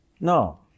No